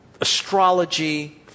astrology